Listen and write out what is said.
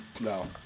No